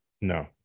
No